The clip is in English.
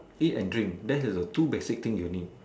eat and drink that is the two basic thing you need